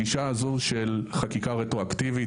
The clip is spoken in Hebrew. הגישה הזו של חקיקה רטרואקטיבית,